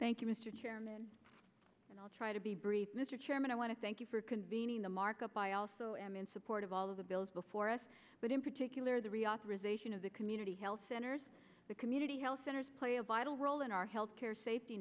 thank you mr chairman and i'll try to be brief mr chairman i want to thank you for convening the markup i also am in support of all of the bills before us but in particular the reauthorization of the community health centers the community health centers play a vital role in our health care safety